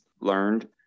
learned